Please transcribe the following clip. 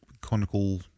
Conical